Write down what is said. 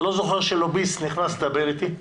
אני לא זוכר שלוביסט נכנס לדבר איתי.